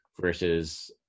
versus